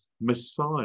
Messiah